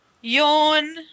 Yawn